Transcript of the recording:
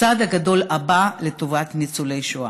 לצעד הגדול הבא לטובת ניצולי השואה.